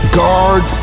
guard